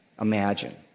imagine